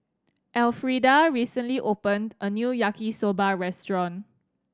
Elfrieda recently opened a new Yaki Soba restaurant